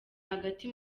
hagati